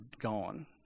gone